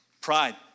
pride